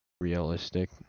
realistic